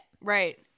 Right